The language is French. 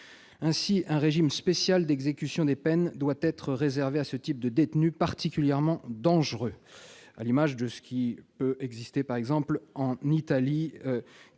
Ainsi un régime spécial d'exécution des peines doit-il être réservé à ce type de détenus, particulièrement dangereux, à l'image de ce qui peut exister en Italie,